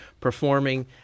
performing